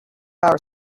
power